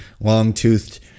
long-toothed